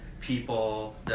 people